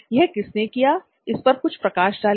यह किसने किया इस पर कुछ प्रकाश डालें